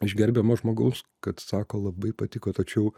iš gerbiamo žmogaus kad sako labai patiko tačiau